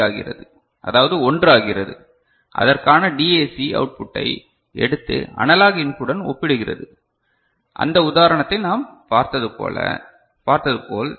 B ஆகிறது அதாவது ஒன்று ஆகிறது அதற்கான டிஏசி அவுட் புட்டை எடுத்து அனலாக் இன்புட்டுடன் ஒப்பிடுகிறது அந்த உதாரணத்தை நாம் பார்த்ததுபோல்